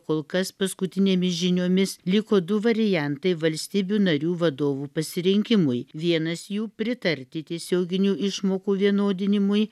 kol kas paskutinėmis žiniomis liko du variantai valstybių narių vadovų pasirinkimui vienas jų pritarti tiesioginių išmokų vienodinimui